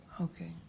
okay